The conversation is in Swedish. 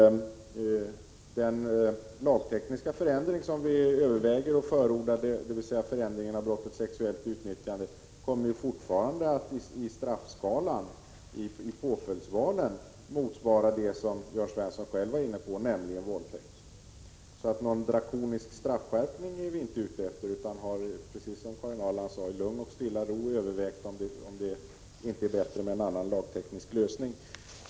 Den lagtekniska förändring som vi överväger och förordar, dvs. förändringen av brottet sexuellt utnyttjande, kommer i straffskalan och vid påföljdsvalen fortfarande att motsvara det som Jörn Svensson själv var inne på, nämligen våldtäkt. Någon drakonisk straffskärpning är vi alltså inte ute efter, utan vi har, precis som Karin Ahrland sade, i lugn och ro övervägt om det inte är bättre med en annan lagteknisk lösning.